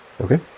Okay